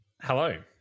Hello